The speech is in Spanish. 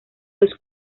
los